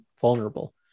vulnerable